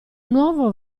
nuovo